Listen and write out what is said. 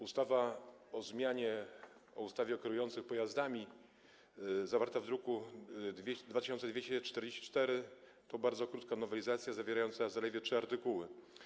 Ustawa o zmianie ustawy o kierujących pojazdami zawarta w druku nr 2244 to bardzo krótka nowelizacja zawierająca zaledwie trzy artykuły.